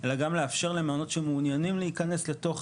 אלא גם לאפשר למעונות שמעוניינים להיכנס לתוך